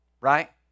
Right